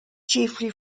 chiefly